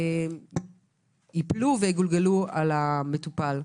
ייפול ויגולגל על המטופל.